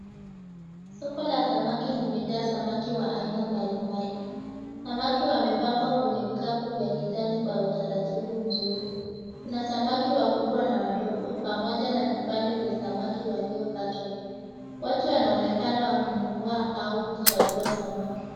Soko la samaki limejaa samaki wa aina mbalimbali, samaki wamepangwa kwenye vikapu vya kijani kwa utaratibu mzuri, kuna samaki wakubwa na wadogo pamoja na na vipande vya samaki waliokatwa, watu wanaonekana wakinunua au kuchagua samaki.